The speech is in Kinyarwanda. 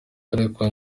ariko